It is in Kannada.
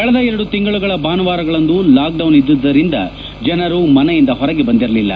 ಕಳೆದ ಎರಡು ತಿಂಗಳುಗಳ ಭಾನುವಾರಗಳಂದು ಲಾಕ್ಡೌನ್ ಇದ್ದುದರಿಂದ ಜನರು ಮನೆಯಿಂದ ಹೊರಗಡೆ ಬಂದಿರಲಲ್ಲ